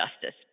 justice